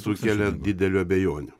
sukelia didelių abejonių